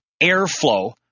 airflow